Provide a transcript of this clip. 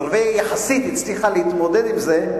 נורבגיה יחסית הצליחה להתמודד עם זה.